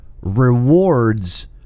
rewards